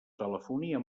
telefonia